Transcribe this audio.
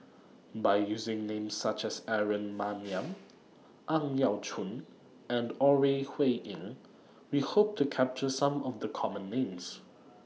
By using Names such as Aaron Maniam Ang Yau Choon and Ore Huiying We Hope to capture Some of The Common Names